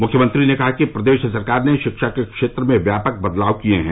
मुख्यमंत्री ने कहा कि प्रदेश सरकार ने शिक्षा के क्षेत्र में व्यापक बदलाव किये है